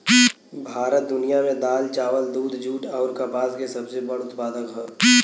भारत दुनिया में दाल चावल दूध जूट आउर कपास के सबसे बड़ उत्पादक ह